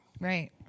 Right